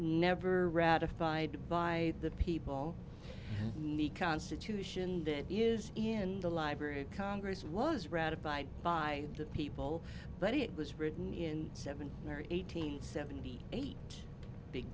never ratified by the people in the constitution that is in the library of congress was ratified by the people but it was written in seven or eight hundred seventy eight big